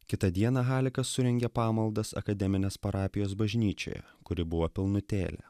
kitą dieną halikas surengė pamaldas akademinės parapijos bažnyčioje kuri buvo pilnutėlė